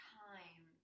time